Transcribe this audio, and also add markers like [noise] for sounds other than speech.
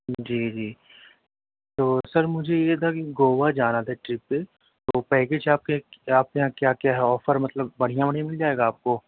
جی جی تو سر مجھے یہ تھا کہ گوا جانا تھا ٹرپ پہ تو پیکج آپ کے آپ کے یہاں کیا کیا ہے آفر مطلب بڑھیاں [unintelligible] مِل جائے گا آپ کو